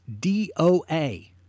DOA